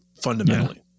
fundamentally